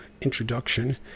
introduction